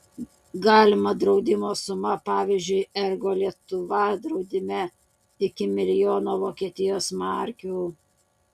galima draudimo suma pavyzdžiui ergo lietuva draudime iki milijono vokietijos markių